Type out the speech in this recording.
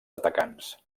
atacants